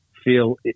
Feel